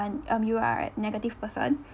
and um you are a negative person